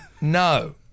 No